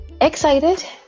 excited